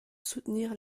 soutenir